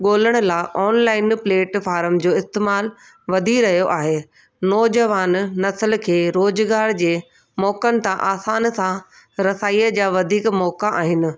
ॻोल्हण लाइ online platform जो इस्तेमालु वधी रहियो आहे नोजवान नसिल खे रोज़गार जे मौक़नि तां आसान सां रसाईअ जा वधीक मौक़ा आहिनि